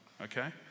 Okay